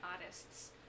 artists